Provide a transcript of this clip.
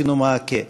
עשינו מעקה.